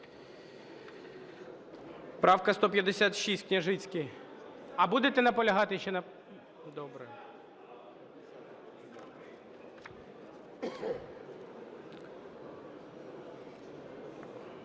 Правка 156, Княжицький.